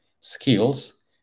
skills